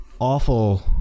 awful